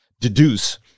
deduce